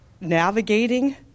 navigating